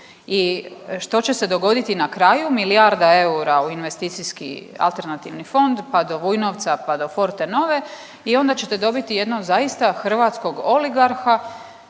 I što će se dogoditi na kraju? Milijarda eura u investicijski alternativni fond pa do Vujnovca pa do Fortenove i onda ćete dobiti jednog zaista hrvatskog oligarha